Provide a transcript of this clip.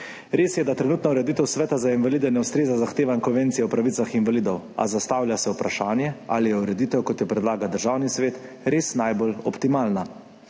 Res je, da trenutna ureditev Sveta za invalide ne ustreza zahtevam Konvencije o pravicah invalidov, a zastavlja se vprašanje, ali je ureditev, kot jo predlaga Državni svet, res najbolj optimalna.